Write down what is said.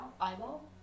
eyeball